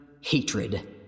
hatred